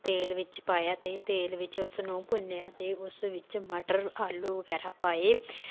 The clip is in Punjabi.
ਤੇਲ ਵਿੱਚ ਪਾਇਆ ਅਤੇ ਤੇਲ ਵਿੱਚ ਉਸ ਨੂੰ ਭੁੰਨਿਆ ਅਤੇ ਉਸ ਵਿੱਚ ਮਟਰ ਆਲੂ ਵਗੈਰਾ ਪਾਏ